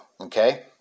okay